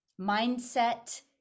mindset